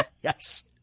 Yes